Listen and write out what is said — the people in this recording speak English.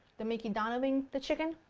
the mickey donovan-ing the chicken.